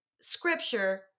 scripture